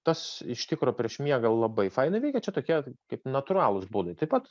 tas iš tikro prieš miegą labai fainai veikia čia tokie kaip natūralūs būdai taip pat